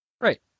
Right